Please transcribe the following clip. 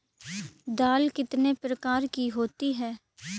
दाल कितने प्रकार की होती है?